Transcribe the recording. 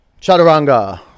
Chaturanga